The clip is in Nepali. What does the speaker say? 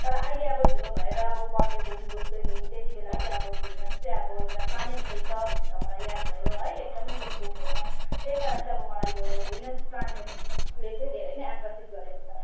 तर अहिले अब ठुलो भएर अब पढ्दै गयौँ बुझ्दै गयौँ त्यति बेला चाहिँ अब भेनस चाहिँ अब एउटा प्लानेट रहेछ भनेर मलाई याद भयो है एकदमै जूनको छेउमा त्यही कारण चाहिँ अब मलाई यो भेनस प्लानेटस्ले चाहिँ धेरै नै आकर्षित गरेको छ